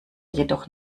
jedoch